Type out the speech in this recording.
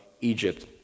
Egypt